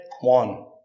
one